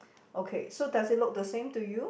okay so does it look the same to you